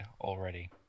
already